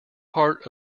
part